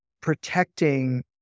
Protecting